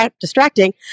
distracting